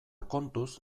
kontuz